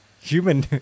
human